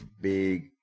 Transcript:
big